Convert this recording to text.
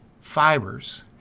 fibers